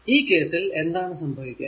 ഈ കേസിൽ എന്താണ് സംഭവിക്കുക